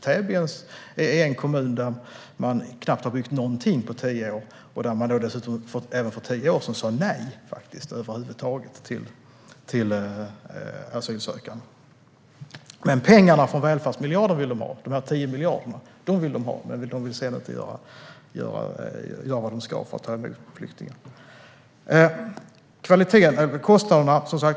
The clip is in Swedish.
Täby är en kommun där man knappt har byggt någonting på tio år, och där man även för tio år sedan sa nej till att över huvud taget ta emot asylsökande. Pengarna från välfärdsmiljarderna - dessa 10 miljarder - vill de ha, men de vill inte göra vad de ska för att ta emot flyktingar.